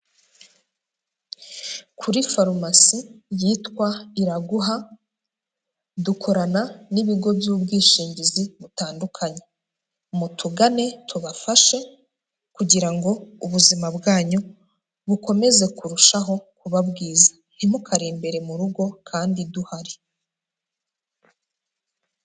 Kuri farumasi yitwa Iraguha, dukorana n'ibigo by'ubwishingizi butandukanye. Mutugane tubafashe kugira ngo ubuzima bwanyu bukomeze kurushaho kuba bwiza. Ntimukarembere mu rugo kandi duhari.